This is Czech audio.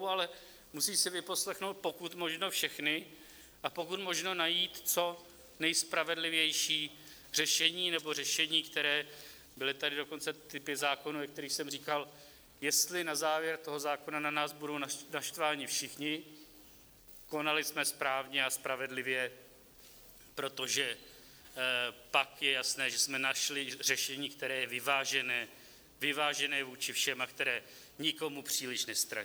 Ale musí si vyposlechnout pokud možno všechny a pokud možno najít co nejspravedlivější řešení, nebo řešení, které byly tady dokonce typy zákonů, o kterých jsem říkal: jestli na závěr toho zákona na nás budou naštváni všichni, konali jsme správně a spravedlivě, protože pak je jasné, že jsme našli řešení, které je vyvážené, vyvážené vůči všem, a které nikomu příliš nestraní.